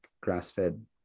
grass-fed